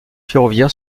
ferroviaire